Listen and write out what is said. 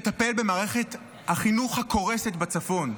לטפל במערכת החינוך הקורסת בצפון?